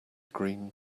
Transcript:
green